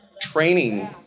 training